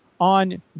on